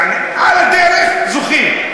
יעני, על הדרך, זוכים.